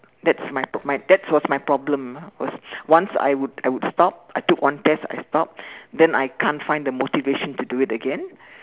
that's my my that was my problem ah was once I would I would stop I take one test I stop then I can't find the motivation to do it again